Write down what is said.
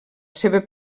seva